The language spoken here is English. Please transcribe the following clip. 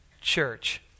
church